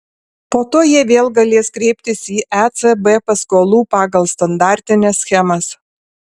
po to jie vėl galės kreiptis į ecb paskolų pagal standartines schemas